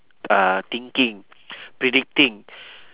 uh thinking predicting